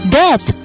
death